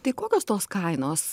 tai kokios tos kainos